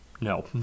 No